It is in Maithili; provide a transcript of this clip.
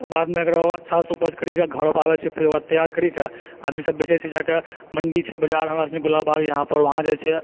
बादमे एकरो अच्छा सँ उपज करिके घरो पर आबै छै फेर ओकरा तैयार करिकऽ आदमी सब बेचे छै जाकऽ मण्डी छै बाजार हमरा सभके गुलाबबाग यहाँ पर वहाँ जाइ छै